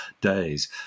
days